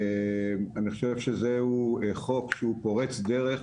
אני חושב שזהו חוק שפורץ דרך,